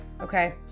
Okay